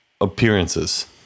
Appearances